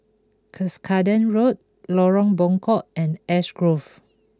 Cuscaden Road Lorong Buangkok and Ash Grove